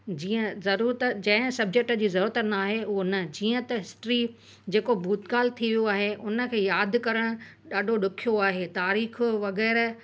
जीअं ज़रूरत जंहिं सब्जेक्ट जी ज़रूरत नाहे उहो न जीअं त हिस्ट्री जेको भूतकाल थी वियो आहे उनखे यादि करणु ॾाढो ॾुखियो आहे तारीख़ वग़ैरह